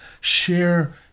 share